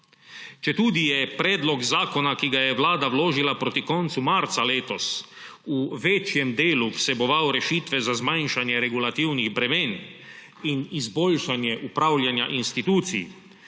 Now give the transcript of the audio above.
Četudi je predlog zakona, ki ga je Vlada vložila proti koncu marca letos, v večjem delu vseboval rešitve za zmanjšanje regulativnih bremen in izboljšanje upravljanja institucij